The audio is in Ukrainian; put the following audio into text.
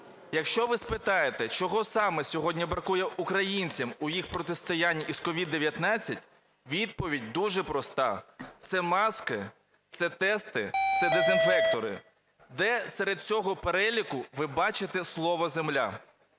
Якщо ви спитаєте, чого саме сьогодні бракує українцям в їх протистоянні з COVID-19, відповідь дуже проста: це маски, це тести, це дезінфектори. Де серед цього переліку ви бачите слово "земля"?